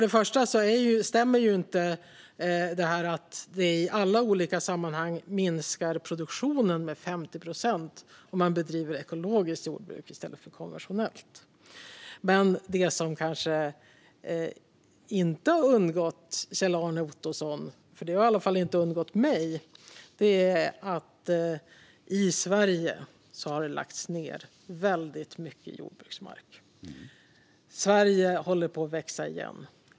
Det stämmer ju inte att det i alla sammanhang minskar produktionen med 50 procent om man bedriver ekologiskt jordbruk i stället för konventionellt. Men det som kanske inte har undgått Kjell-Arne Ottosson - det har i alla fall inte undgått mig - är att man i Sverige har lagt igen väldigt mycket jordbruksmark. Sverige håller på att växa igen.